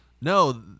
No